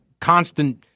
constant